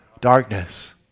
Darkness